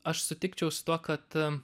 aš sutikčiau su tuo kad